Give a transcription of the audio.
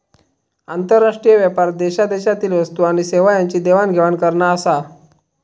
आंतरराष्ट्रीय व्यापार देशादेशातील वस्तू आणि सेवा यांची देवाण घेवाण करना आसा